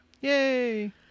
Yay